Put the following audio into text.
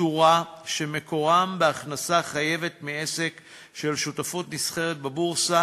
פטורה שמקורם בהכנסה חייבת מעסק של שותפות נסחרת בבורסה,